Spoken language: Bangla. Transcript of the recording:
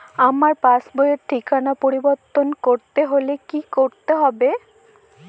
আমার পাসবই র ঠিকানা পরিবর্তন করতে হলে কী করতে হবে?